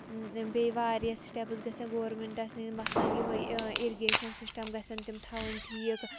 بیٚیہِ واریاہ سِٹیپٕس گژھِ ہہ گورمینٹَس نِنۍ مثلاً یِہوٚے اِرگیشن سِسٹَم گژھن تِم تھاوٕنۍ ٹھیٖک